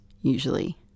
usually